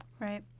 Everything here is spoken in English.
Right